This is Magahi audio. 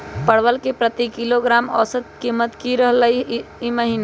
परवल के प्रति किलोग्राम औसत कीमत की रहलई र ई महीने?